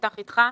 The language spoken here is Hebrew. נפתח איתך.